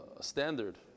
standard